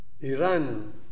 Iran